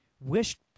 wished